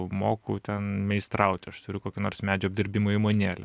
moku ten meistrauti aš turiu kokį nors medžio apdirbimo įmonėlę